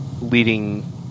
leading